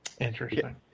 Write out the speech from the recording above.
Interesting